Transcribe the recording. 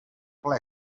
ple